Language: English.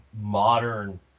modern